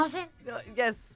Yes